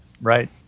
Right